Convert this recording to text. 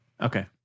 Okay